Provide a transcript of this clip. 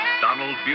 Donald